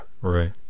Right